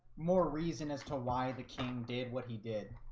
more reason as to why the king did what he did.